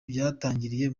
byatangiriye